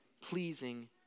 pleasing